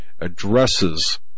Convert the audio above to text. addresses